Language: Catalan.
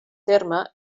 terme